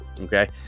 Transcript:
okay